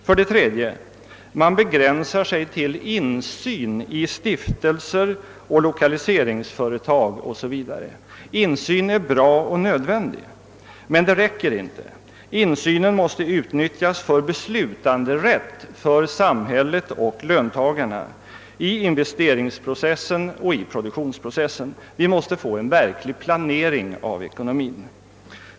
För det tredje begränsar man sig till insyn i stiftelser, lokaliseringsföretag o.s.v. Insyn är bra och nödvändig, men den är inte tillräcklig utan måste kompletteras med beslutanderätt för samhället och löntagarna i investeringsprocessen och produktionsprocessen. Vi måste få en verklig planering av ekonomin.